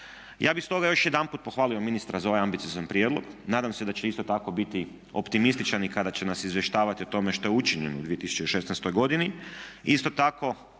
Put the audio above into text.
Ja bih stoga još jedanput pohvalio ministra za ovaj ambiciozan prijedlog. Nadam se da će isto tako biti optimističan i kada će nas izvještavati o tome što je učinjeno u 2016. godini.